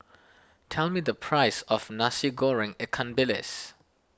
tell me the price of Nasi Goreng Ikan Bilis